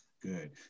Good